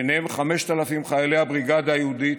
ובהם 5,000 חיילי הבריגדה היהודית,